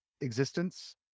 existence